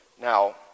Now